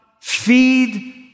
feed